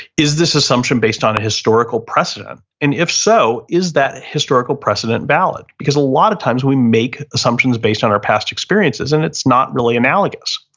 is this assumption based on a historical precedent? and if so, is that historical precedent valid? because a lot of times we make assumptions based on our past experiences and it's not really analogous.